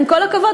עם כל הכבוד,